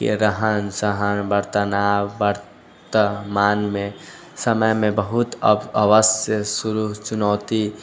रहन सहन वर्तमानमे समयमे बहुत अवश्य शुरू चुनौती